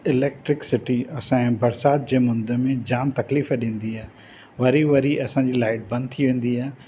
electricity असां जे बरिसात जे मुंद में जाम तकलीफ़ ॾींदी आहे वरी वरी असां जी लाइट बंद थी वेंदी आहे